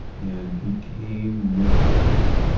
and became mesmerised.